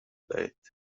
بدهید